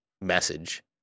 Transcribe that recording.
message